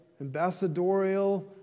ambassadorial